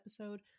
episode